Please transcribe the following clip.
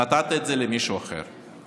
נתת את זה למישהו אחר".